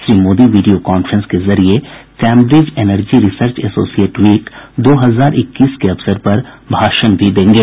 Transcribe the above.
Shri Modi video conference के जरिए Cambridge energy research associate week दो हजार इक्कीस के अवसर पर भाषण भी देंगे